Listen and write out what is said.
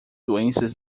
doenças